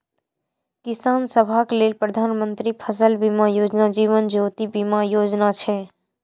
किसान सभक लेल प्रधानमंत्री फसल बीमा योजना, जीवन ज्योति बीमा योजना छै